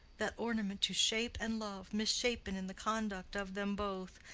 that ornament to shape and love, misshapen in the conduct of them both,